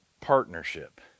partnership